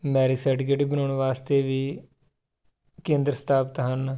marriage certificate ਬਣਾਉਣ ਵਾਸਤੇ ਵੀ ਕੇਂਦਰ ਸਥਾਪਿਤ ਹਨ